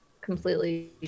completely